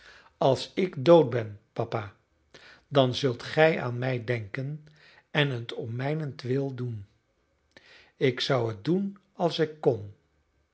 als ik dood ben papa dan zult gij aan mij denken en het om mijnentwil doen ik zou het doen als ik kon